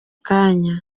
kanya